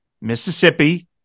mississippi